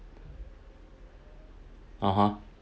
(uh huh)